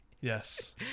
yes